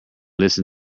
listen